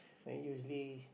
then usually